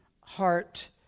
heart